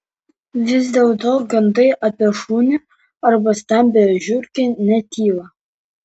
vis dėlto gandai apie šunį arba stambią žiurkę netyla